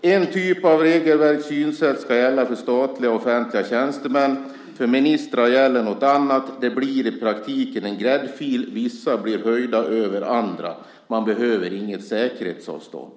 En typ av regelverk och synsätt ska gälla för statliga offentliga tjänstemän. För ministrar gäller något annat. Det blir i praktiken en gräddfil. Vissa blir höjda över andra. Man behöver inget säkerhetsavstånd.